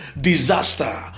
disaster